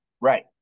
right